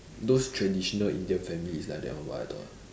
those traditional Indian family is like that one [what] I thought